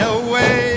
away